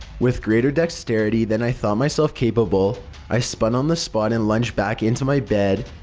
with greater dexterity than i thought myself capable i spun on the spot and lunged back into my bed,